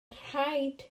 rhaid